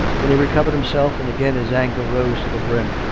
then he recovered him self, and again his anger rose to the brim.